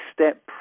step